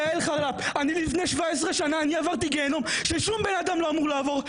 אני לפני 17 שנה עברתי גיהינום ששום בן אדם לא אמור לעבור.